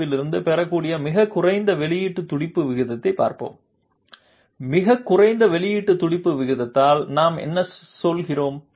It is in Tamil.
ஏவிலிருந்து பெறக்கூடிய மிகக் குறைந்த வெளியீட்டு துடிப்பு விகிதத்தைப் பார்ப்போம் மிகக் குறைந்த வெளியீட்டு துடிப்பு விகிதத்தால் நாம் என்ன சொல்கிறோம்